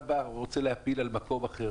אתה בא ורוצה להפיל על מקום אחר